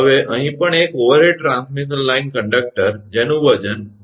હવે અહીં પણ એક ઓવરહેડ ટ્રાન્સમિશન લાઇન કંડક્ટર જેનું વજન 1